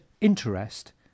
interest